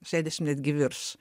šešiasdešimt netgi virš